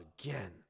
again